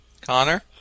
Connor